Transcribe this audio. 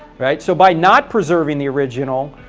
right? so by not preserving the original.